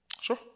Sure